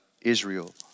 Israel